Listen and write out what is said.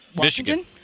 Michigan